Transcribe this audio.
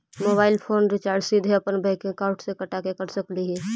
Mobile phone recharge सीधे अपन bank account से कटा के कर सकली ही?